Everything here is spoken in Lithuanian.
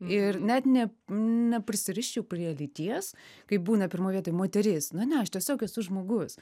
ir net ne neprisiriščiau prie lyties kaip būna pirmoj vietoj moteris nu ne aš tiesiog esu žmogus